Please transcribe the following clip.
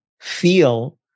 feel